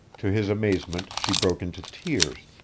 to his amazement she broke into tears.